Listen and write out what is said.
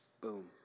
boom